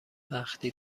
وقتی